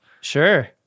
Sure